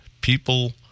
people